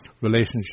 relationship